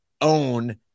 own